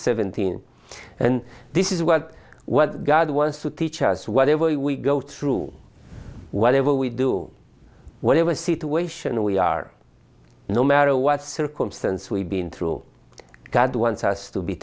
seventeen and this is what what god wants to teach us whatever we go through whatever we do whatever situation we are no matter what circumstance we been through god wants us to be